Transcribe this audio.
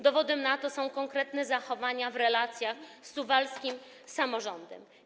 Dowodem na to są konkretne zachowania w relacjach z suwalskim samorządem.